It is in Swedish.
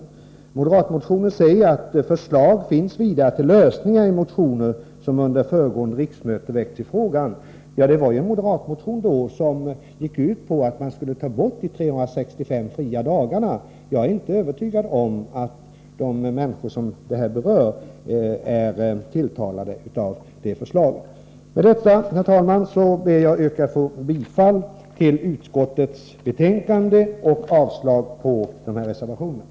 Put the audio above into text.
I moderatreservationen sägs: ”Förslag finns vidare till lösningar i motioner som under föregående riksmöte väckts i frågan.” Ja, det fanns bl.a. en moderatmotion som gick ut på att man skulle ta bort de 365 avgiftsfria dagarna. Jag är inte övertygad om att de människor som berörs är tilltalade av det förslaget. Med detta, herr talman, ber jag att få yrka bifall till utskottets hemställan och avslag på reservationerna.